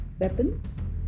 weapons